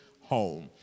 home